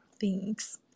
Thanks